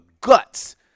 guts